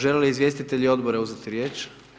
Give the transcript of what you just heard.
Žele li izvjestitelji odbora uzeti riječ?